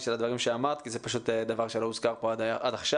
של הדברים שאמרת כי זה פשוט היה דבר שלא הוזכר כאן עד עתה.